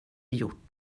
gjort